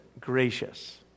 gracious